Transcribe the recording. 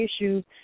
issues